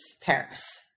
Paris